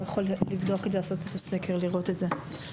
אתה יכול לבדוק, לעשות קצת סקר, לראות את זה.